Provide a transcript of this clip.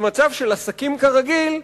במצב של עסקים כרגיל,